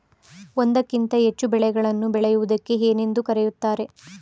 ಒಂದಕ್ಕಿಂತ ಹೆಚ್ಚು ಬೆಳೆಗಳನ್ನು ಬೆಳೆಯುವುದಕ್ಕೆ ಏನೆಂದು ಕರೆಯುತ್ತಾರೆ?